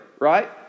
right